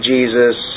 Jesus